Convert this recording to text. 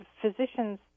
physicians